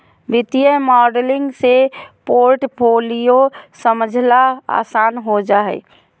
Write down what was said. वित्तीय मॉडलिंग से पोर्टफोलियो समझला आसान हो जा हय